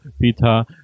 Peter